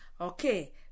Okay